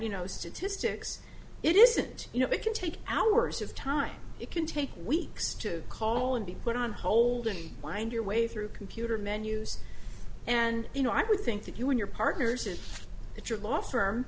you know statistics it isn't you know it can take hours of time it can take weeks to call and be put on hold and find your way through computer menus and you know i would think that you and your partners in it your l